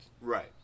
Right